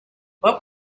what